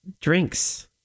drinks